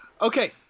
Okay